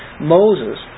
Moses